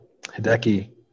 Hideki